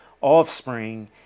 offspring